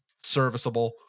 serviceable